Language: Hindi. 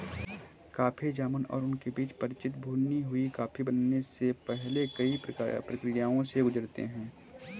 कॉफी जामुन और उनके बीज परिचित भुनी हुई कॉफी बनने से पहले कई प्रक्रियाओं से गुजरते हैं